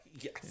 yes